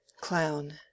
Clown